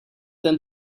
them